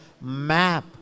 map